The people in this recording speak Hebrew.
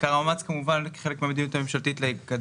עיקר המאמץ כמובן כחלק מהמדיניות הממשלתית לקדם פרויקטים.